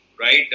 Right